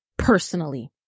Personally